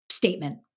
Statement